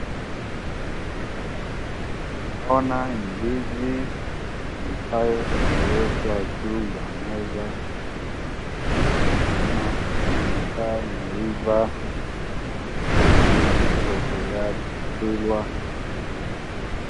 Naona ndizi ambayo imewekwa juu ya meza. Ni kama inakaa imeiva. Ndizi iko tayari kukulwa.